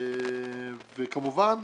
כמובן,